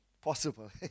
Possible